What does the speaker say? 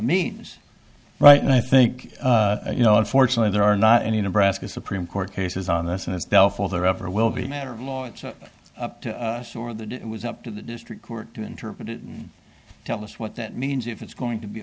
means right and i think you know unfortunately there are not any nebraska supreme court cases on this as belfour there ever will be a matter of law it's up to us or that it was up to the district court to interpret it and tell us what that means if it's going to be